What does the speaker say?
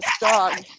dog